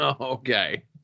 Okay